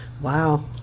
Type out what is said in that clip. Wow